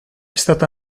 stata